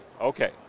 Okay